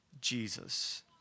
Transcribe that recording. Jesus